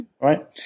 right